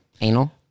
Anal